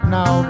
Now